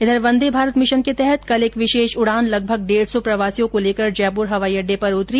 उधर वंदे भारत मिशन के तहत कल एक विशेष उड़ान लगभग डेढ़ सौ प्रवासियों को लेकर जयपुर हवाई अड्डे पर उतरी